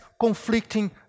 conflicting